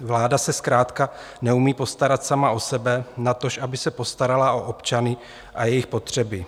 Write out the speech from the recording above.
Vláda se zkrátka neumí postarat sama o sebe, natož aby se postarala o občany a jejich potřeby.